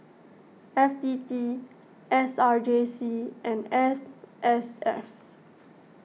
F T T S R J C and S S F